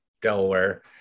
delaware